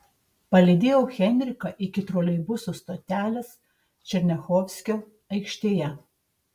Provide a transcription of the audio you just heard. palydėjau henriką iki troleibusų stotelės černiachovskio aikštėje